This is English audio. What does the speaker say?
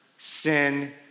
Sin